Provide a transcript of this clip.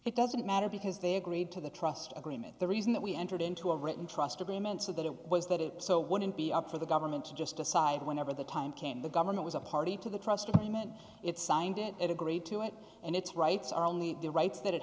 it doesn't matter because they agreed to the trust agreement the reason that we entered into a written trust agreement so that it was that it so wouldn't be up for the government to just decide whenever the time came the government was a party to the trust of payment it signed it and agreed to it and its rights are only the rights